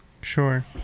Sure